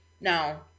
Now